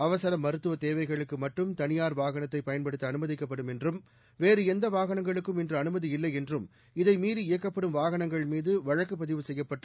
அவசர் மருத்துவ தேவைகளுக்கு மட்டும் தளியார் வாகனத்தை பயன்படுத்த அனுமதிக்கப்படும் என்றும் வேறு எந்த வாகனம்களுக்கும் இன்று அனுமதியில்லை என்றும் இதை மீறி இயக்கப்படும் வாகனங்கள்மீது வழக்குப் பதிவு கெப்யப்பட்டு